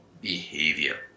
behavior